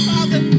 Father